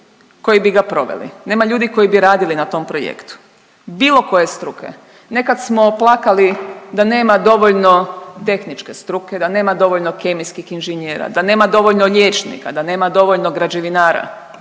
koji bi ga proveli, nema ljudi koji bi radili na tom projektu bilo koje struke. Nekad smo plakali da nema dovoljno tehničke struke, da nema dovoljno kemijskih inženjera, da nema dovoljno liječnika, da nema dovoljno građevinara,